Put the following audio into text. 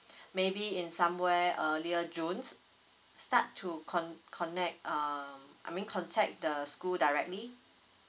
maybe in somewhere earlier june start to con~ connect uh I mean contact the school directly